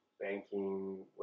banking